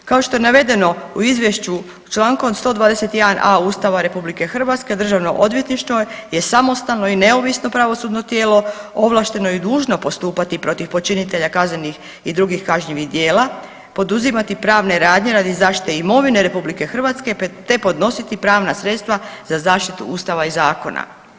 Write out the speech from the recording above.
Kao što je navedeno u izvješću čl. 121.a Ustava RH DORH je samostalno i neovisno pravosudno tijelo, ovlašteno i dužno postupati protiv počinitelja kaznenih i drugih kažnjivih djela, poduzimati pravne radnje radi zaštite imovine RH te podnositi pravna sredstva za zaštitu Ustava i zakona.